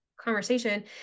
conversation